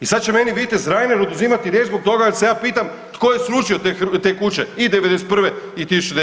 I sada će meni vitez Reiner oduzimati riječ zbog toga jer se ja pitam tko je srušio te kuće i 91. i 1995.